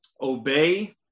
obey